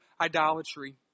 idolatry